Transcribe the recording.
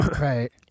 Right